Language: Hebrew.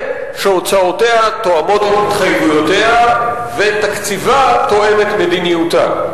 שהוצאותיה תואמות את התחייבויותיה ותקציבה תואם את מדיניותה.